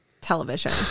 television